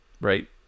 right